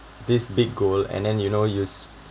this big goal and then you know use